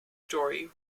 story